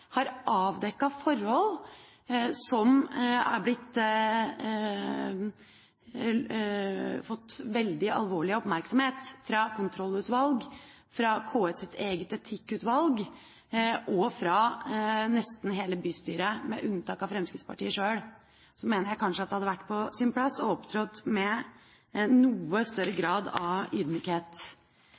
forhold som har fått veldig stor oppmerksomhet fra kontrollutvalg, fra KS’ eget etikkutvalg og fra nesten hele bystyret – med unntak av Fremskrittspartiet sjøl – mener jeg at det kanskje hadde vært på sin plass å opptre med noe større grad av